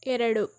ಎರಡು